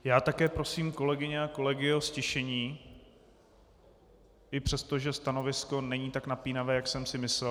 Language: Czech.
Já také prosím kolegyně a kolegy o ztišení i přesto, že stanovisko není tak napínavé, jak jsem si myslel.